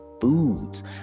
foods